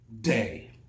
day